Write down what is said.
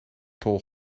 tol